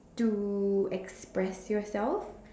to express yourself